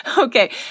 Okay